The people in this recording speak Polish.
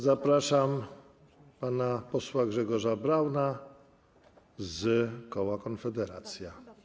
Zapraszam pana posła Grzegorza Brauna z koła Konfederacja.